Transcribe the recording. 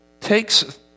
takes